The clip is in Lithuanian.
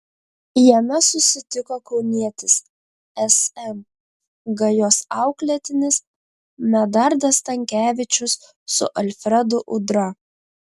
jame susitiko kaunietis sm gajos auklėtinis medardas stankevičius su alfredu udra